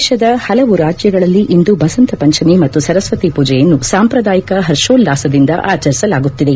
ದೇಶದ ಹಲವು ರಾಜ್ಯಗಳಲ್ಲಿ ಇಂದು ಬಸಂತ ಪಂಚಮಿ ಮತ್ತು ಸರಸ್ನತಿ ಪೂಜೆಯನ್ನು ಸಾಂಪ್ರದಾಯಿಕ ಹರ್ಷೋಲ್ಲಾಸದಿಂದ ಆಚರಿಸಲಾಗುತ್ತಿದೆ